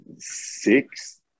six